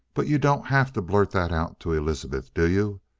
but you don't have to blurt that out to elizabeth, do you?